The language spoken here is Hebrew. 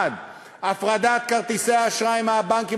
1. הפרדת כרטיסי האשראי מהבנקים,